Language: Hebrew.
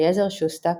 אליעזר שוסטק,